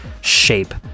shape